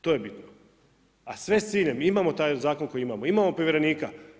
To je bitno, a sve s ciljem mi imamo taj zakon koji imamo, imamo povjerenika.